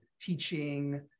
teaching